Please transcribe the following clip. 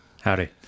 Howdy